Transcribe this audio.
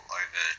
over